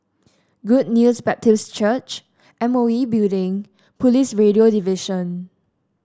Good News Baptist Church M O E Building Police Radio Division